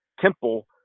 Temple